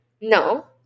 no